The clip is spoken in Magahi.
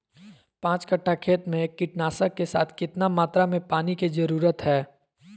पांच कट्ठा खेत में कीटनाशक के साथ कितना मात्रा में पानी के जरूरत है?